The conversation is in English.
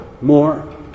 more